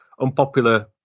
unpopular